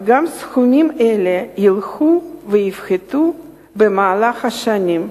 וגם סכומים אלה ילכו ויפחתו במהלך השנים,